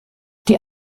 die